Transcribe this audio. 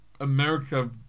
America